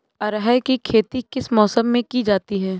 अरहर की खेती किस मौसम में की जाती है?